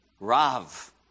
Rav